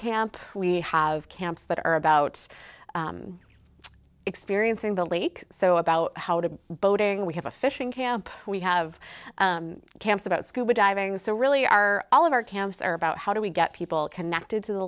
camp we have camps that are about experiencing the lake so about how to boating we have a fishing camp we have camps about scuba diving so really are all of our camps are about how do we get people connected to the